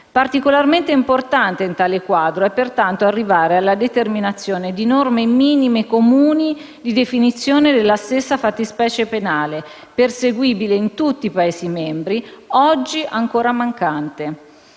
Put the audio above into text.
Particolarmente importante, in tale quadro, è pertanto arrivare alla determinazione di norme minime comuni di definizione della stessa fattispecie penale, perseguibile in tutti i Paesi membri, oggi ancora mancante.